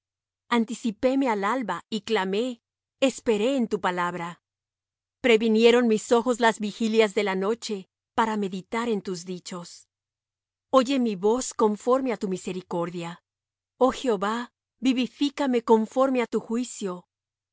testimonios anticipéme al alba y clamé esperé en tu palabra previnieron mis ojos las vigilias de la noche para meditar en tus dichos oye mi voz conforme á tu misericordia oh jehová vivifícame conforme á tu juicio